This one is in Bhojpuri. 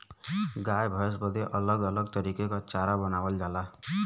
गाय भैसन बदे अलग अलग तरीके के चारा बनावल जाला